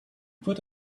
put